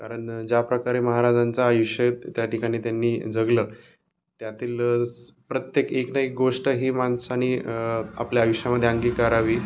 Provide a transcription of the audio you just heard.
कारण ज्याप्रकारे महाराजांचं आयुष्य त्या ठिकाणी त्यांनी जगलं त्यातील प्रत्येक एक ना एक गोष्ट ही माणसानी आपल्या आयुष्यामध्ये अंगीकारावी